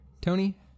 Tony